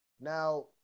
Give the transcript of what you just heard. Now